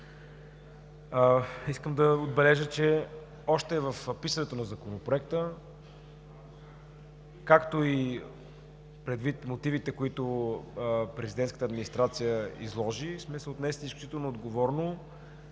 искам да отбележа, че още при писането на Законопроекта, както и предвид мотивите, които Президентската администрация изложи, сме се отнесли изключително отговорно